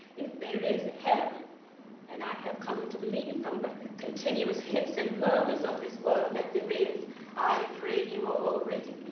there is a hell and i have come to believe from the continuous hints and murmurs of this world that there is i pray you are already